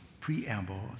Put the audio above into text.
preamble